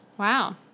wow